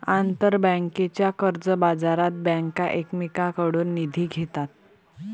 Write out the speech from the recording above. आंतरबँकेच्या कर्जबाजारात बँका एकमेकांकडून निधी घेतात